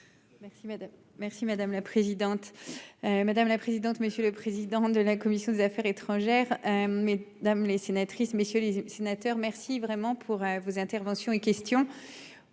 merci madame la présidente. Madame la présidente, monsieur le président de la commission des Affaires étrangères. Dames les sénatrices messieurs les sénateurs, merci vraiment pour vos interventions et questions.